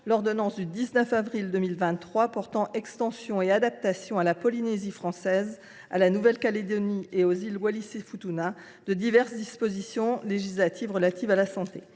n° 2023 285 du 19 avril 2023 portant extension et adaptation à la Polynésie française, à la Nouvelle Calédonie et aux îles Wallis et Futuna de diverses dispositions législatives relatives à la santé